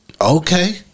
okay